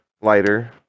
lighter